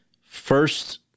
first